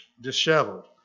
disheveled